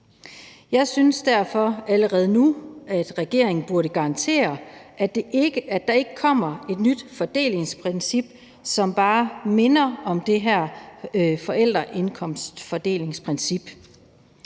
Jeg synes derfor allerede nu, at regeringen burde garantere, at der ikke kommer et nyt fordelingsprincip, som bare minder om det her forældreindkomstfordelingsprincip.